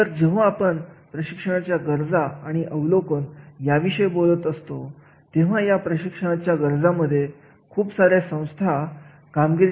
जेव्हा आपण प्रशिक्षण कार्यक्रमाची रचना करत असतो तेव्हा आपण एखाद्या विशिष्ट कार्याचे चांगले मुद्दे आणि कमतरता विचारात घेणे गरजेचे आहे